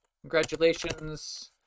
Congratulations